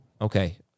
Okay